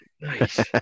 nice